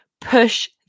Push